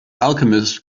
alchemist